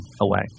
away